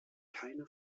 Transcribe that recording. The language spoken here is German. keine